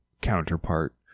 counterpart